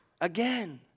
again